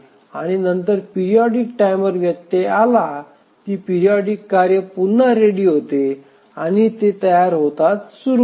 आणि पुन्हा periodic timer व्यत्यय आला की पेरिओडिक कार्य पुन्हा रेडी होते आणि ते तयार होताच सुरु होते